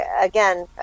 again